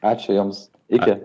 ačiū jums iki